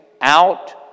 out